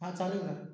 हां चालेल ना